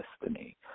destiny